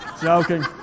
Joking